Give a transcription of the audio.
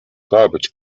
garbage